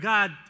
God